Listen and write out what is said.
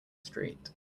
street